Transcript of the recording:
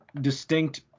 distinct